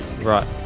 Right